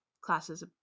classes